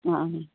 ആ ആ